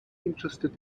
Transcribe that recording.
interested